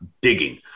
digging